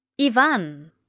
Ivan